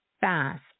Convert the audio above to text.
fast